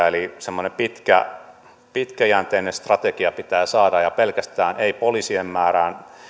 eli semmoinen pitkäjänteinen strategia pitää saada eikä pelkästään poliisien määrästä